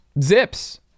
Zips